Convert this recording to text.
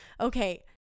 okay